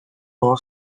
full